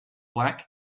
black